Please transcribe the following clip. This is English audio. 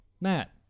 matt